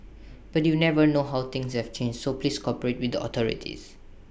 but you never know how things have changed so please cooperate with the authorities